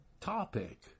topic